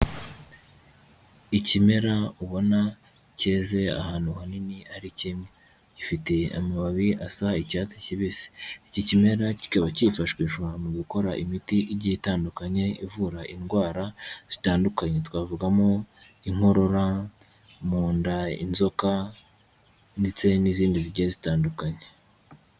Ikimera ubona keze ahantu hanini ari kimwe, gifite amababi asa icyatsi kibisi, iki kimera kikaba kifashishwa mu gukora imiti igiye itandukanye ivura indwara zitandukanye, twavugamo inkorora, mu nda, inzoka ndetse n'izindi zigiye zitandukanye.